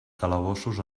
calabossos